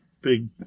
big